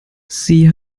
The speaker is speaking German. sie